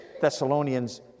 Thessalonians